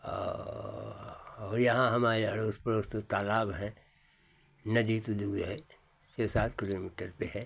और यहाँ हमारे अड़ोस पड़ोस तो तालाब हैं नदी तो दूर है छह सात किलोमीटर पे है